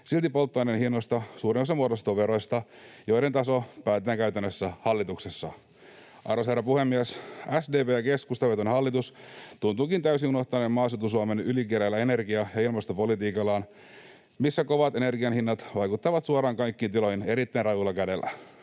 silti polttoaineen hinnoista suurin osa muodostuu veroista, joiden taso päätetään käytännössä hallituksessa. Arvoisa herra puhemies! SDP- ja keskustavetoinen hallitus tuntuukin täysin unohtaneen maaseutu-Suomen ylikireällä energia- ja ilmastopolitiikallaan, missä kovat energianhinnat vaikuttavat suoraan kaikkiin tiloihin erittäin rajulla kädellä.